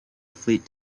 fleet